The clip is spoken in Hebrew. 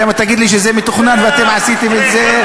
אלא אם תגיד לי שזה מתוכנן ואתם עשיתם את זה,